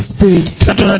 Spirit